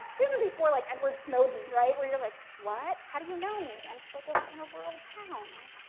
this is before like edward snowden right, where you're like what, how do you know me? i'm just like ah in a rural town, right.